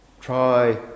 try